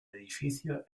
edificio